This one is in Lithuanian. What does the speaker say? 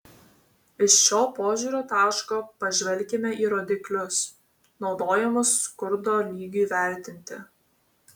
iš šio požiūrio taško pažvelkime į rodiklius naudojamus skurdo lygiui vertinti